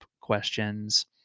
questions